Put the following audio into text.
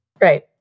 Right